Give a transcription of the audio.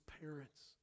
parents